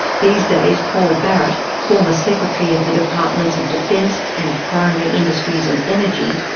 these days paul barratt, former secretary of the departments of defence and primary industries and energy,